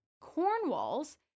Cornwall's